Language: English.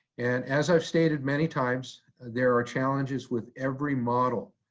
and as i've stated many times, there are challenges with every model.